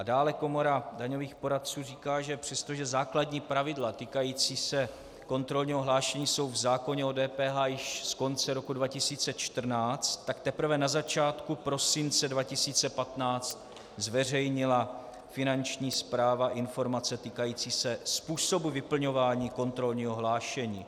Dále Komora daňových poradců říká, že přestože základní pravidla týkající se kontrolního hlášení jsou v zákoně o DPH již z konce roku 2014, tak teprve na začátku prosince 2015 zveřejnila Finanční správa informace týkající se způsobu vyplňování kontrolního hlášení.